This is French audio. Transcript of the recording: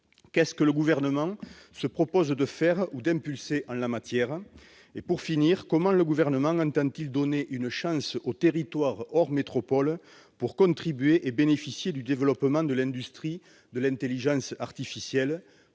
Qu'est-ce que le Gouvernement se propose de faire ou d'impulser en la matière ? Pour finir, comment le Gouvernement entend-il donner une chance aux territoires hors métropoles pour contribuer au développement de l'industrie de l'intelligence artificielle